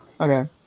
Okay